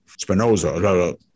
Spinoza